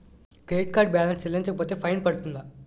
Credit card balance చెల్లించకపోతే fine పడ్తుంద?